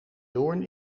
doorn